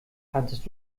kanntest